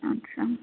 ଆଚ୍ଛା